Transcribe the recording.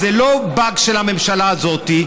זה לא באג של הממשלה הזאת,